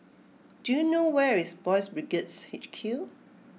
do you know where is Boys' Brigades H Q